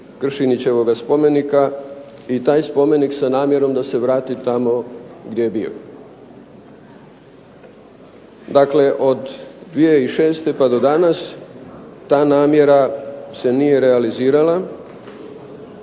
Kršiničevog spomenika i taj spomenik sa namjerom da se vrati tamo gdje je bio. Dakle, od 2006. pa do danas ta namjera se nije realizirala.